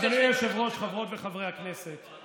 אדוני היושב-ראש, חברות וחברי הכנסת,